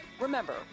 Remember